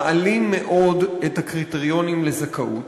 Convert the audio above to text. מעלים מאוד את הקריטריונים לזכאות,